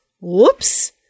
whoops